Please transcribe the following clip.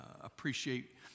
appreciate